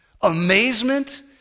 Amazement